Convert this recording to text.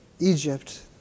Egypt